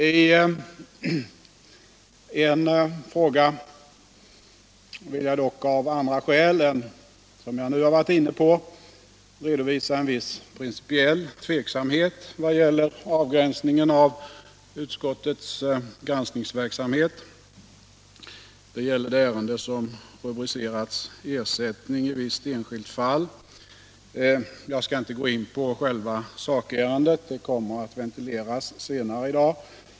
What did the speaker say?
I en fråga vill jag dock av andra skäl än de jag nu varit inne på redovisa en viss principiell tveksamhet beträffande avgränsningen av utskottets granskningsverksamhet. Det gäller det ärende som rubricerats Ersättning i visst enskilt fall. Jag skall inte gå in på själva sakärendet, det kommer att ventileras senare i dag.